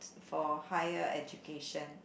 for higher education